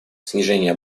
снижение